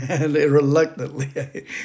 reluctantly